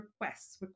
requests